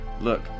look